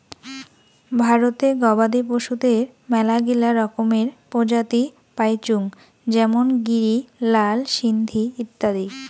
ভারতে গবাদি পশুদের মেলাগিলা রকমের প্রজাতি পাইচুঙ যেমন গিরি, লাল সিন্ধি ইত্যাদি